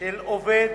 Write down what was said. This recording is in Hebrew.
של עובד